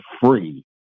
free